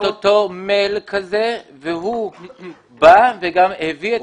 הוא קיבל את אותו מייל כזה והוא בא וגם הביא את הנציג שלו.